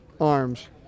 arms